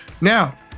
now